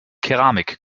keramik